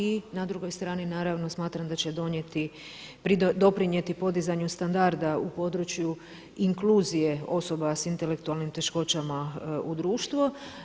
I na drugoj strani naravno smatram da će doprinijeti podizanju standarda u području inkluzije osoba sa intelektualnim teškoćama u društvo.